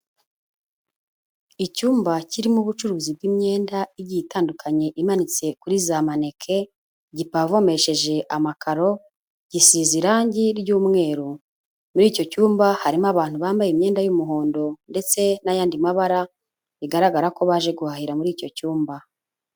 Icyumba kirimo ubucuruzi bw'imyenda igiye itandukanye imanitse kuri za maneke, gipavomesheje amakaro, gisize irangi ry'umweru. Muri icyo cyumba harimo abantu bambaye imyenda y'umuhondo ndetse n'ayandi mabara, bigaragara ko baje guhahira muri icyo cyumba.